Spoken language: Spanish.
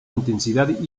intensidad